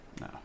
No